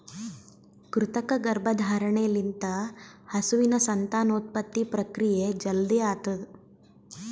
ಕೃತಕ ಗರ್ಭಧಾರಣೆ ಲಿಂತ ಹಸುವಿನ ಸಂತಾನೋತ್ಪತ್ತಿ ಪ್ರಕ್ರಿಯೆ ಜಲ್ದಿ ಆತುದ್